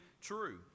true